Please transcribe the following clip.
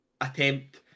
attempt